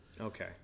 okay